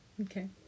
Okay